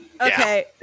Okay